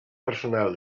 personal